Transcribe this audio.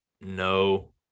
no